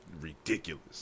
ridiculous